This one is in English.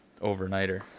overnighter